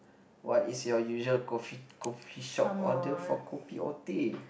what is your usual coffee coffeeshop order for kopi or teh